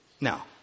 Now